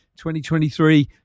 2023